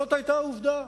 זאת היתה עובדה,